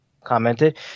Commented